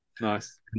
nice